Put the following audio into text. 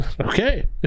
Okay